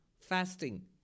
Fasting